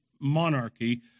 Monarchy